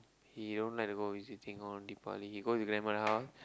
he don't like to go visiting on Deepavali he go to his grandma house